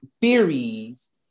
theories